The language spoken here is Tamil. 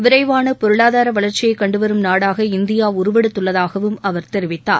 விரைவான பொருளாதார வளர்ச்சியை கண்டு வரும் நாடாக இந்தியா உருவெடுத்துள்ளதாகவும் அவர் தெரிவித்தார்